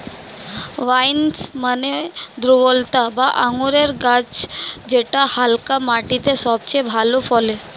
vines মানে দ্রক্ষলতা বা আঙুরের গাছ যেটা হালকা মাটিতে সবচেয়ে ভালো ফলে